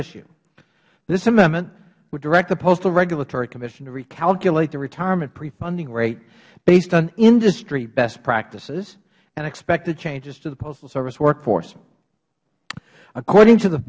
would direct the postal regulatory commission to recalculate the retirement pre funding rate based on industry best practices and expected changes to the postal service workforce according to the